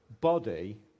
body